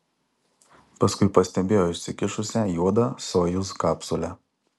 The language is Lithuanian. paskui pastebėjo išsikišusią juodą sojuz kapsulę